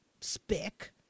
Spick